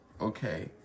okay